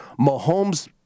Mahomes –